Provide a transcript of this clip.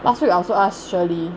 last week I also ask Shirley